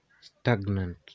stagnant